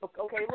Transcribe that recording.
okay